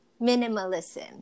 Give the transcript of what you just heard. minimalism